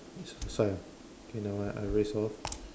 it's the side ah okay nevermind I erase off